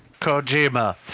Kojima